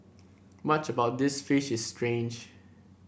much about this fish is strange